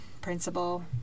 principal